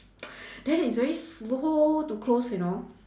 then it's very slow to close you know